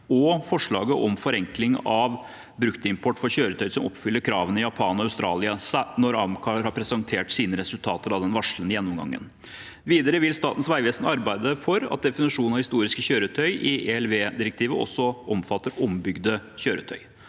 og forslaget om forenkling av bruktimport for kjøretøy som oppfyller kravene i Japan og Australia, når AMCAR har presentert sine resultater av den varslede gjennomgangen. Videre vil Statens vegvesen arbeide for at definisjonen av historiske kjøretøy i ELV-direktivet også omfatter ombygde kjøretøy.